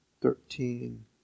thirteen